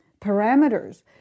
parameters